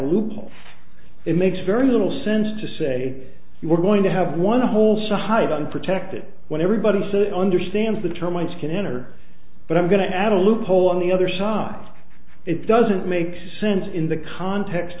loophole it makes very little sense to say we're going to have one hole so high unprotected when everybody says it understands the termites can enter but i'm going to add a loophole on the other side it doesn't make sense in the context